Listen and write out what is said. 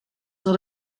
zal